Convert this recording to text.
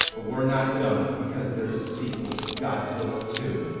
but we're not done, because there's a sequel, godzilla two.